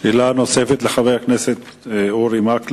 שאלה נוספת לחבר הכנסת מקלב.